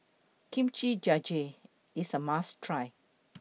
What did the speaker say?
Kimchi Jjigae IS A must Try